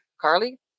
carly